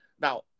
Now